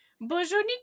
Bonjour